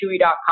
Chewy.com